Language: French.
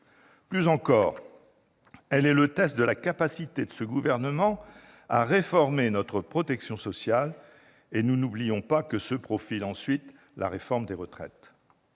Plus encore, elle est le test de la capacité de ce gouvernement à réformer notre protection sociale. Nous n'oublions pas que se profile ensuite la réforme des retraites.